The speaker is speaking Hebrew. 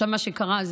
עכשיו, מה שקרה הוא